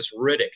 Riddick